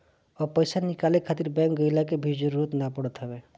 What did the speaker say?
अब पईसा निकाले खातिर बैंक गइला के भी जरुरत नाइ पड़त हवे